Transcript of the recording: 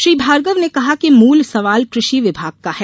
श्री भार्गव ने कहा कि मूल सवाल कृषि विभाग का है